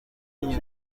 iyi